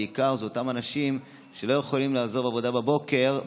בעיקר אותם אנשים שלא יכולים לעזוב עבודה בבוקר,